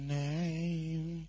name